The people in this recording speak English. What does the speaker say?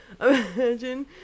Imagine